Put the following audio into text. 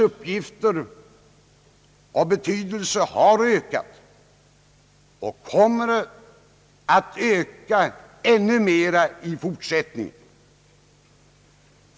Kommunernas betydelse har ökat och kommer att öka ännu mer i fortsättningen.